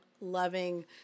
loving